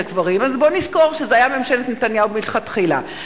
אז בוא נזכור שזה היה ממשלת נתניהו מלכתחילה.